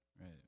right